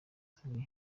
xavier